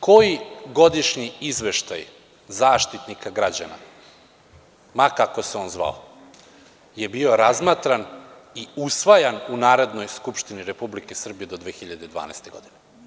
Koji godišnji izveštaj Zaštitnika građana, ma kako se on zvao, je bio razmatran i usvajan u Narodnoj skupštini Republike Srbije do 2012. godine?